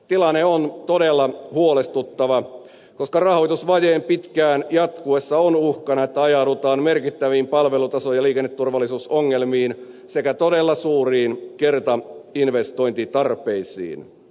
tilanne on todella huolestuttava koska rahoitusvajeen pitkään jatkuessa on uhkana että ajaudutaan merkittäviin palvelutaso ja liikenneturvallisuusongelmiin sekä todella suuriin kertainvestointitarpeisiin